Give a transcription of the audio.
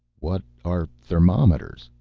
what are thermometers?